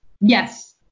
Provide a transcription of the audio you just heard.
Yes